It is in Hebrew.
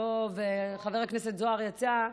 חבר הכנסת זוהר יצא,